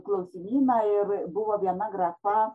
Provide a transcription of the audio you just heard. klausimyną ir buvo viena grafa